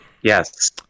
Yes